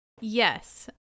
yes